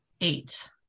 eight